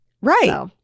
Right